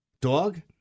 Dog